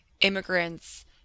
immigrants